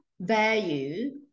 value